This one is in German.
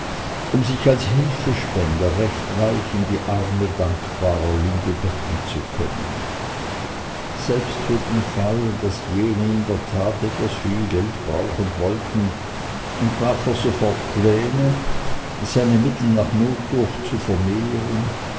um sich als hilfespender recht weich in die arme dankbarer liebe betten zu können selbst für den fall daß jene in der tat etwas viel geld brauchen sollten entwarf er sofort pläne seine mittel nach notdurft zu vermehren